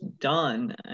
done